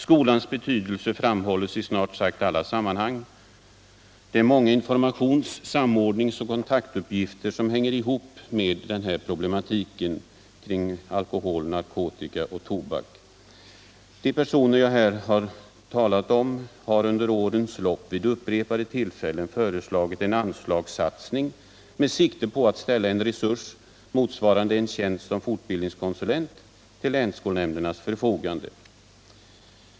Skolans betydelse framhålls i snart sagt alla sammanhang. Det är många informations-, gående alkohol, samordnings och kontaktuppgifter som hänger ihop med problematiken narkotika och kring alkohol, narkotika och tobak. De kontaktpersoner jag här talat om har tobak under årens lopp vid upprepade tillfällen föreslagit en anslagssatsning med sikte på att ställa en resurs, motsvarande en tjänst som fortbildningskonsulent, till länsskolnämndernas förfogande.